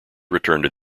returned